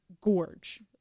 gorge